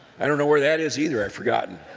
i don't know where that is either, i've forgotten.